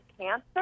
cancer